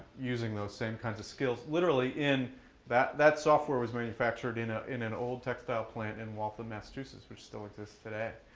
using those same kinds of skills. literally, that that software was manufactured in ah in an old textile plant in waltham, massachusetts, which still exists today.